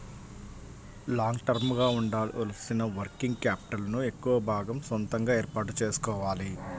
long term గా ఉండాల్సిన working capital ను ఎక్కువ భాగం సొంతగా ఏర్పాటు చేసుకోవాలి